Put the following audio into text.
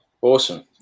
Awesome